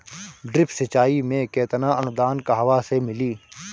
Drip सिंचाई मे केतना अनुदान कहवा से मिली?